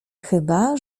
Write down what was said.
chyba